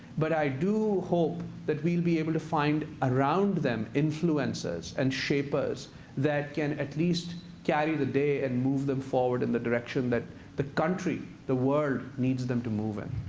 but i do hope that we'll be able to find around them influencers and shapers that can at least carry the day and move them forward in the direction that the country, the world needs them to move in.